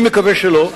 אני מקווה שלא.